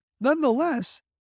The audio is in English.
Nonetheless